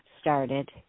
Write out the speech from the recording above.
started